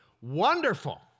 wonderful